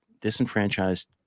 disenfranchised